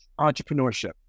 entrepreneurship